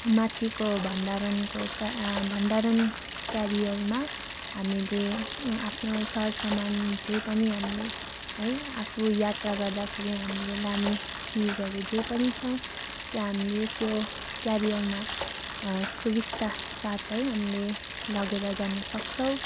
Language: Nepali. माथिको भन्डारनको का भन्डारन क्यारियरमा हामीले आफ्नो सर सामान जे पनि हामीले है आफू यात्रा गर्दाखेरि हामीले लाने चिजहरू चाहिँ जे पनि छ त्यो हामीले त्यो क्यारियरमा सुबिस्ता साथ है हामीले लगेर जानु सक्छौँ